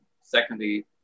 secondly